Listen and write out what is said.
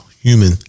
human